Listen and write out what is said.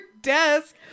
desk